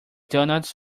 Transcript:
donuts